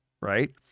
right